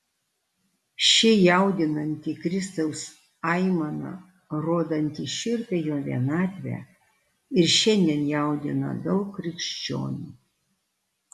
ši jaudinanti kristaus aimana rodanti šiurpią jo vienatvę ir šiandien jaudina daug krikščionių